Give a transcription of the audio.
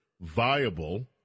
viable